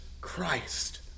Christ